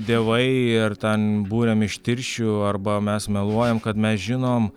dievai ir ten buriam iš tirščių arba mes meluojam kad mes žinom